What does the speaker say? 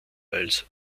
als